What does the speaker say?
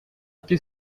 qu’est